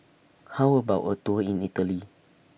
How about A Tour in Italy